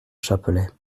chapelet